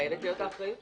היא חייבת להיות האחראית.